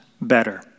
better